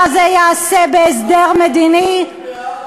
תבוסתנית,